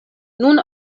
nun